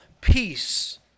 peace